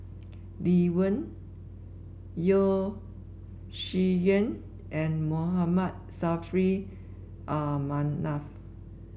Lee Wen Yeo Shih Yun and Mohammed Saffri Ah Manaf